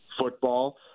football